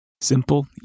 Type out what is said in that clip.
Simple